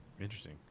interesting